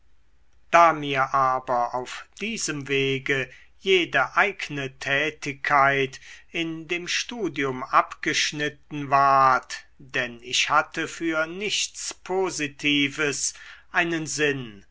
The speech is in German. da mir aber auf diesem wege jede eigne tätigkeit in dem studium abgeschnitten ward denn ich hatte für nichts positives einen sinn